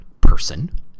person